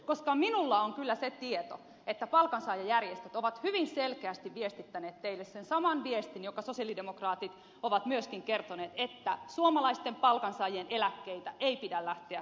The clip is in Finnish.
koska minulla on kyllä se tieto että palkansaajajärjestöt ovat hyvin selkeästi viestittäneet teille sen saman viestin jonka sosialidemokraatit ovat myöskin kertoneet että suomalaisten palkansaajien eläkkeitä ei pidä lähteä leikkaamaan